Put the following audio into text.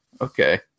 Okay